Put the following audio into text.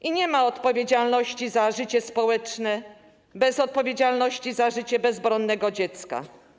I nie ma odpowiedzialności za życie społeczne bez odpowiedzialności za życie bezbronnego dziecka.